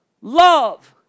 love